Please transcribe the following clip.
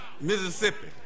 Mississippi